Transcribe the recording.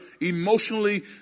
emotionally